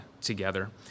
together